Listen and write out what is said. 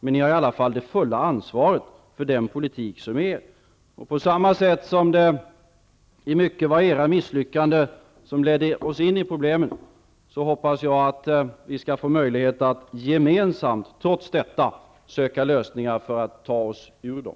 Men ni har i alla fall det fulla ansvaret för den politik som är er. Det var ju i mycket era misslyckanden som ledde oss in i dessa problem, men jag hoppas att vi trots detta skall få möjligheter att gemensamt söka lösningar för att ta oss ur dem.